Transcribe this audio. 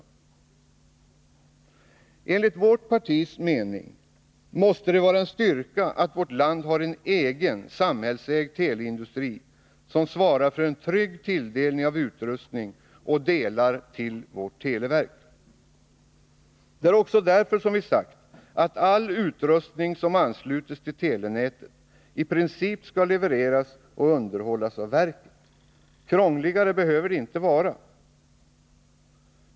149 Enligt vårt partis mening måste det vara en styrka att vårt land har en egen samhällsägd teleindustri som svarar för en trygg tilldelning av utrustning och delar till vårt televerk. Det är också därför som vi har sagt att all utrustning som ansluts till telenätet i princip skall levereras och underhållas av verket. Krångligare behöver det inte vara.